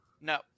No